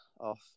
off